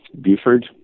Buford